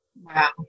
Wow